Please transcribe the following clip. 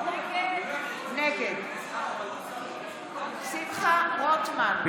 נגד שמחה רוטמן,